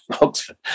Oxford